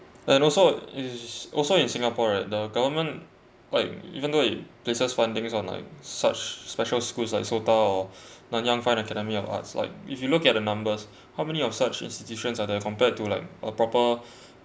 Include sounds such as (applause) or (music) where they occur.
and also (noise) also in singapore right the government like even though it places fundings on like such special schools like SOTA or nanyang fine academy of arts like if you look at the numbers how many of such institutions are there compared to like a proper